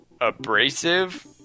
abrasive